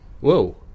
whoa